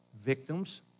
victims